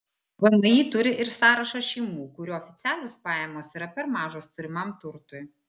vmi turi ir sąrašą šeimų kurių oficialios pajamos yra per mažos turimam turtui